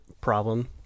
problem